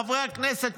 חברי הכנסת,